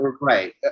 right